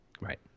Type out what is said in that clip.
Right